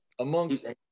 amongst